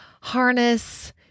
harness